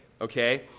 okay